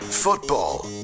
football